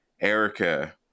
erica